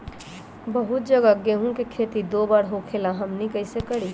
बहुत जगह गेंहू के खेती दो बार होखेला हमनी कैसे करी?